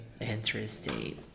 Interesting